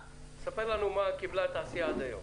ספר לנו מה קיבלה התעשייה עד היום.